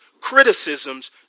criticisms